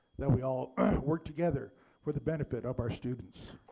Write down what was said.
that we all work together for the benefit of our students.